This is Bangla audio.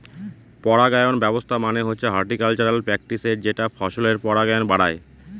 পরাগায়ন ব্যবস্থা মানে হচ্ছে হর্টিকালচারাল প্র্যাকটিসের যেটা ফসলের পরাগায়ন বাড়ায়